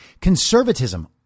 Conservatism